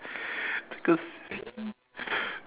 take a seat